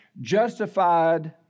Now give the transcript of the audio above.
justified